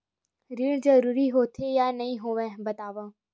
ऋण जरूरी होथे या नहीं होवाए बतावव?